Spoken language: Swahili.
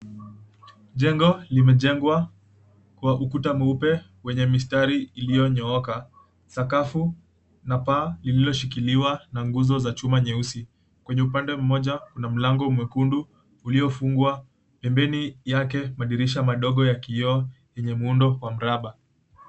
Jengo limejengwa kwa ukuta mweupe wenye mistari iliyonyooka, sakafu na paa lililoshikiliwa na nguzo za chuma nyeusi kwenye upande mmoja kuna mlango mwekundu uliofungwa pembeni yake madirisha madogo ya kioo yenye muundo wa mraba.